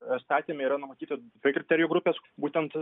įstatyme yra numatyti dvi kriterijų grupės būtent